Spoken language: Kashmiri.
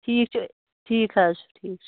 ٹھیٖک چھُ ٹھیٖک حظ چھُ ٹھیٖک چھُ